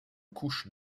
couche